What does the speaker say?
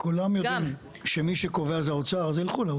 כולם יודעים שמי שקובע זה האוצר, אז ילכו לאוצר.